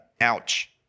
Ouch